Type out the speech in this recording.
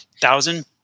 thousand